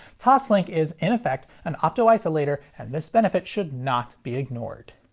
toslink is, in effect, an opto-isolator and this benefit should not be ignored.